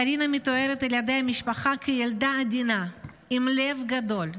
קרינה מתוארת על ידי המשפחה כילדה עדינה עם לב גדול,